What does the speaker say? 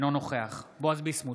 אינו נוכח בועז ביסמוט,